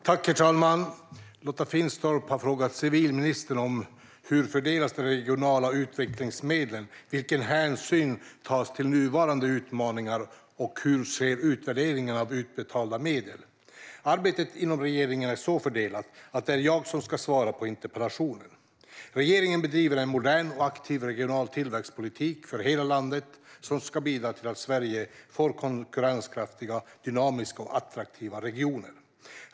Svar på interpellationer Herr talman! Lotta Finstorp har frågat civilministern hur de regionala utvecklingsmedlen fördelas, vilka hänsyn som tas till nuvarande utmaningar och hur utvärderingen av utbetalda medel sker. Arbetet inom regeringen är så fördelat att det är jag som ska svara på interpellationen. Regeringen bedriver en modern och aktiv regional tillväxtpolitik för hela landet som ska bidra till att Sverige får konkurrenskraftiga, dynamiska och attraktiva regioner.